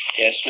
Yes